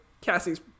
Cassie's